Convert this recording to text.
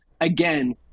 again